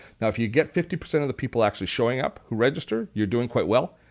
now if you get fifty percent of the people actually showing up who register, you're doing quite well.